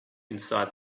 inside